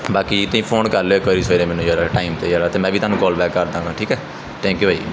ਬਾਕੀ ਤੁਸੀਂ ਫੋਨ ਕਰ ਲਿਓ ਇੱਕ ਵਾਰੀ ਸਵੇਰੇ ਮੈਨੂੰ ਜਰਾ ਟਾਈਮ 'ਤੇ ਜਰਾ ਅਤੇ ਮੈਂ ਵੀ ਤੁਹਾਨੂੰ ਕਾਲ ਬੈਕ ਕਰਦਾਂਗਾ ਠੀਕ ਹੈ ਥੈਂਕ ਯੂ ਭਾਅ ਜੀ